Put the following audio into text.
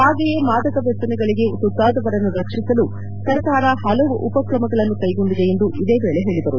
ಹಾಗೆಯೇ ಮಾದಕ ವ್ಯಸನಗಳಿಗೆ ತುತ್ತಾದರವನ್ನು ರಕ್ಷಿಸಲು ಸರ್ಕಾರ ಹಲವು ಉಪ್ರಹಮಗಳನ್ನು ಕೈಗೊಂಡಿದೆ ಎಂದು ಇದೇ ವೇಳೆ ಹೇಳಿದ್ದಾರೆ